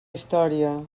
història